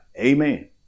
Amen